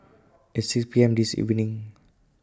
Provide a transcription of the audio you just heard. At six P M This evening